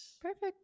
Perfect